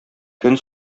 көн